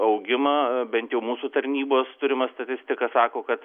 augimą bent jau mūsų tarnybos turima statistika sako kad